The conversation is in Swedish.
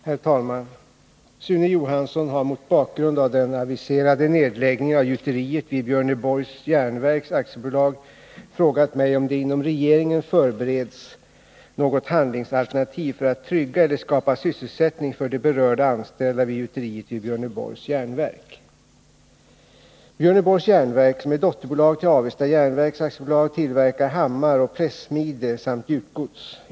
Herr talman! Sune Johansson har mot bakgrund av den aviserade nedläggningen av gjuteriet vid Björneborgs Jernverks AB frågat mig om det inom regeringen förbereds något handlingsalternativ för att trygga eller skapa sysselsättning för de berörda anställda vid gjuteriet vid Björneborgs Jernverk. Björneborgs Jernverk, som är dotterbolag till Avesta Jernverks AB, tillverkar hammaroch pressmide samt gjutgods.